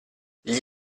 gli